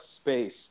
space